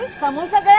samosa.